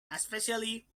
especially